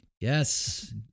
Yes